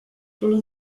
plor